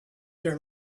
there